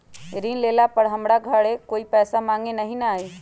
ऋण लेला पर हमरा घरे कोई पैसा मांगे नहीं न आई?